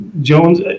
Jones